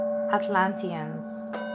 Atlanteans